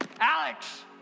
Alex